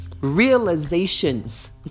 realizations